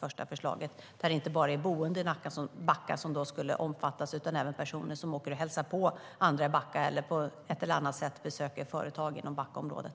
första förslaget, där inte bara boende i Backa ska omfattas utan också personer som åker och hälsar på i Backa eller besöker företag i Backaområdet.